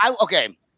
okay